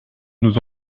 nous